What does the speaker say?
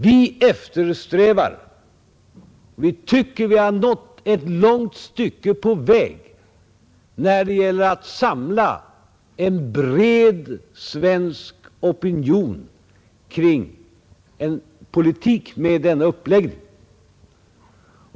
Vi eftersträvar — och vi tycker att vi har nått ett ganska långt stycke på väg — att samla en bred svensk opinion kring en politik med denna uppläggning.